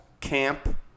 Camp